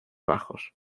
bajos